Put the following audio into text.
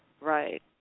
Right